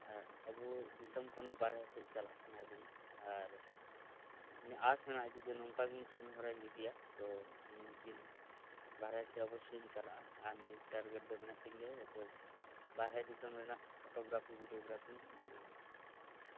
ᱟᱵᱚ ᱫᱤᱥᱚᱢ ᱠᱷᱚᱱᱟᱜ ᱵᱟᱨᱦᱮ ᱥᱮᱫ ᱪᱟᱞᱟᱜ ᱥᱟᱱᱟ ᱤᱫᱤᱧᱟ ᱟᱨ ᱤᱧᱟᱹᱜ ᱟᱥ ᱢᱤᱱᱟᱜᱼᱟ ᱡᱩᱫᱤ ᱱᱚᱝᱠᱟ ᱜᱮ ᱠᱟᱹᱢᱤ ᱦᱚᱨᱟᱧ ᱤᱫᱤᱭᱟ ᱛᱚ ᱢᱤᱫ ᱫᱤᱱ ᱵᱟᱨᱦᱮ ᱥᱮᱫ ᱚᱵᱚᱥᱥᱚ ᱤᱧ ᱪᱟᱞᱟᱜᱼᱟ ᱟᱨ ᱱᱤᱭᱟᱹ ᱴᱟᱨᱜᱮᱴ ᱫᱚ ᱢᱮᱱᱟᱜ ᱛᱤᱧ ᱜᱮᱭᱟ ᱡᱟᱛᱮ ᱵᱟᱨᱦᱮ ᱫᱤᱥᱚᱢ ᱨᱮᱭᱟᱜ ᱯᱷᱳᱴᱳ ᱜᱽᱨᱟᱯᱷᱤ ᱵᱷᱤᱰᱭᱳ ᱜᱽᱨᱟᱯᱷᱤᱧ ᱵᱮᱱᱟᱣᱟ